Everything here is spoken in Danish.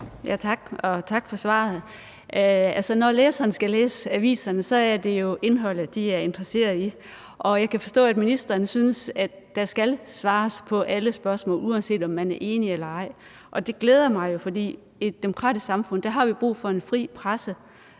tak for svaret. Altså, når læserne skal læse aviserne, er det jo indholdet, de er interesseret i, og jeg kan forstå, at ministeren synes, at der skal svares på alle spørgsmål, uanset om man er enig eller ej. Det glæder mig, for i et demokratisk samfund har vi brug for en fri presse,